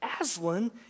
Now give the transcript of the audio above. Aslan